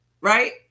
right